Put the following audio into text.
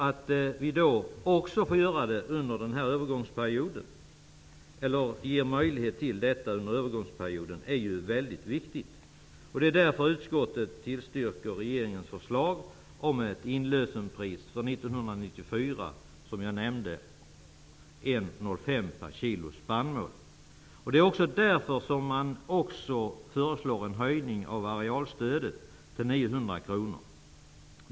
Det är också viktigt att det ges möjlighet härtill under övergångsperioden. Utskottet tillstyrker därför regeringens förslag om ett inlösenpris under 1994 om 1:05 kr per kilo spannmål. Man föreslår av samma skäl en höjning av arealstödet till 900 kr/ha.